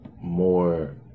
more